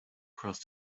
cross